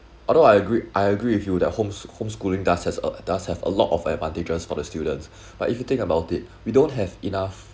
although I agree I agree with you that homes~ homeschooling does has a does have a lot of advantages for the students but if you think about it we don't have enough